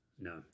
No